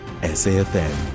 SAFM